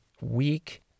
weak